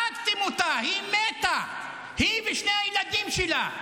הרגתם אותה, היא מתה, היא ושני הילדים שלה?